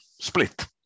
split